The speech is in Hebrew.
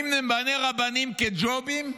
אם נמנה רבנים כג'ובים,